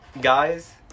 guys